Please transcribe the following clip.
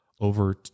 over